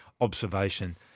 observation